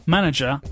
Manager